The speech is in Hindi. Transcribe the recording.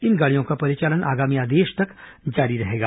इन गाड़ियों का परिचालन आगामी आदेश तक जारी रहेगा